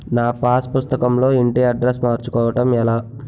నా పాస్ పుస్తకం లో ఇంటి అడ్రెస్స్ మార్చుకోవటం ఎలా?